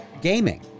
gaming